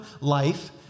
life